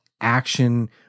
Action